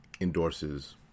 endorses